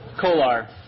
Kolar